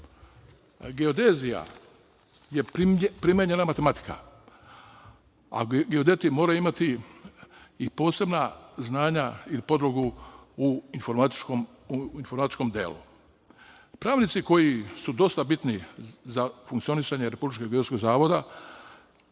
geodezija je primenjena matematika, a geodeti moraju imati i posebna znanja i podlogu u informatičkom delu. Pravnici, koji su dosta bitni za funkcionisanje Republičkog geodetskog zavoda,